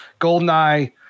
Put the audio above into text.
GoldenEye